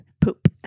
poop